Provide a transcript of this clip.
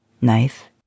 Knife